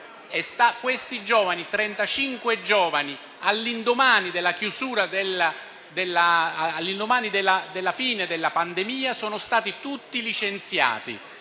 quei 35 giovani all'indomani della fine della pandemia, sono stati tutti licenziati.